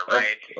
right